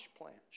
plants